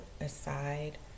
aside